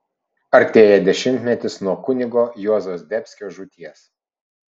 artėja dešimtmetis nuo kunigo juozo zdebskio žūties